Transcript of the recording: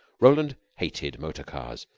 roland hated motor-cars,